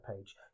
page